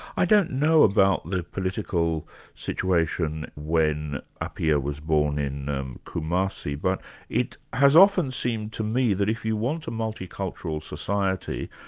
i don't know about the political situation when appiah was born in kumasi, but it has often seemed to me that if you want a multicultural society,